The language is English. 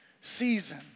season